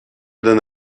donne